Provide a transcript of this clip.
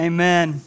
Amen